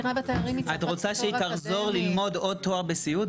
את רוצה שהיא תחזור ללמוד עוד תואר בסיעוד?